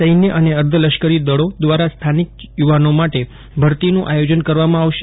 સૈન્ય અને અર્ધલશ્કરી દળો દ્વારા સ્થાનિક યુવાનો માટે ભરતીનું આયોજન કરવામાં આવશે